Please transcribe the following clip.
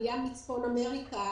עלייה מצפון אמריקה,